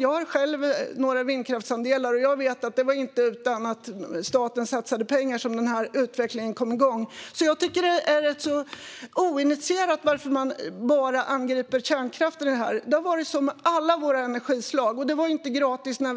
Jag har själv några vindkraftsandelar, och jag vet att den utvecklingen inte kom igång utan statens satsade pengar. Jag tycker att det är ganska oinitierat att man bara angriper kärnkraften här. Det har varit så med alla våra energislag. Det var inte heller gratis när